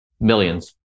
Millions